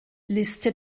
liste